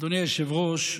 אדוני היושב-ראש,